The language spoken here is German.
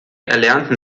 erlernten